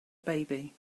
baby